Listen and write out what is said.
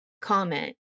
comment